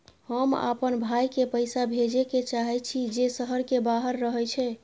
हम आपन भाई के पैसा भेजे के चाहि छी जे शहर के बाहर रहे छै